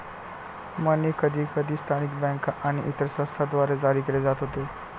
मनी कधीकधी स्थानिक बँका आणि इतर संस्थांद्वारे जारी केले जात होते